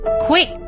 Quick